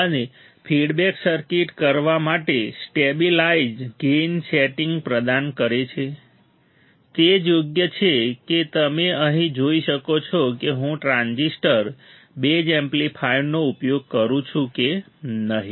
અને feedback circuit set કરવા માટે સ્ટેબિલાઇઝ્ડ ગેઇન સેટિંગ પ્રદાન કરે છે તે જ યોગ્ય છે કે તમે અહીં જોઈ શકો છો કે હું ટ્રાન્ઝિસ્ટર બેઝ એમ્પ્લિફાયરનો ઉપયોગ કરું છું કે નહીં